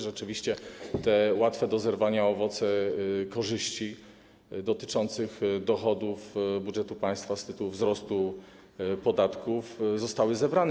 Rzeczywiście te łatwe do zerwania owoce korzyści dotyczących dochodów budżetu państwa z tytułu wzrostu podatków zostały zebrane.